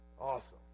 awesome